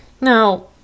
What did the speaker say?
now